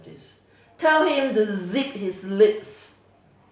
this tell him to zip his lip